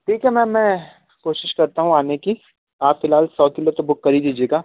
ठीक है मैम मैं कोशिश करता हूँ आने की आप फ़िलहाल सौ किलो तो बुक कर ही दीजिएगा